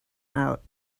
out